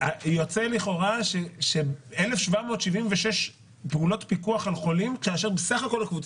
יוצא לכאורה ש-1,776 פעולות פיקוח על חולים כאשר בסך הכול בקבוצה